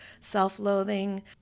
self-loathing